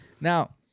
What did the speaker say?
Now